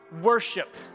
worship